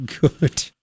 good